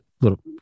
little